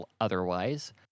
otherwise